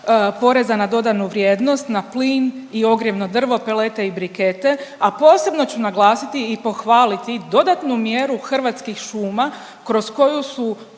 poreza na dodanu vrijednost na plin i ogrjevno drvo, pelete i brigete, a posebno ću naglasiti i pohvaliti dodatnu mjeru Hrvatskih šuma kroz koju je